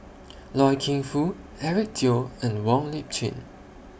Loy Keng Foo Eric Teo and Wong Lip Chin